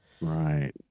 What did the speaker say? Right